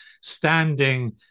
standing